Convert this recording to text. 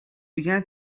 began